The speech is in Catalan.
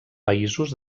països